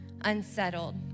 unsettled